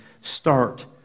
start